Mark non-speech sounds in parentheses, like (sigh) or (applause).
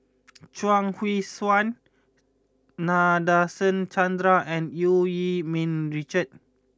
(noise) Chuang Hui Tsuan Nadasen Chandra and Eu Yee Ming Richard